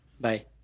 Bye